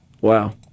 Wow